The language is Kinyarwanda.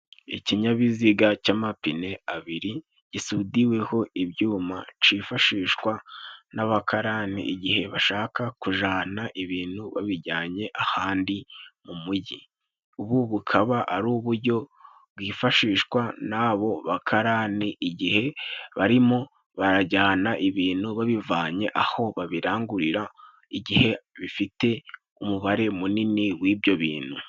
Ikinyabiziga cy'amapine abiri, gisudiweho ibyuma cifashishwa n'abakarani igihe bashaka kujana ibintu babijyanye ahandi mu mujyi. Ubu bukaba ari ubujyo bwifashishwa n'abo bakarani igihe barimo barajyana ibintu babivanye aho babirangurira, igihe bifite umubare munini w'ibyo bintu.